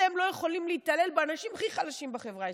אתם לא יכולים להתעלל באנשים הכי חלשים בחברה הישראלית.